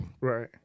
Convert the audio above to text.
Right